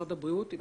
משרד הבריאות.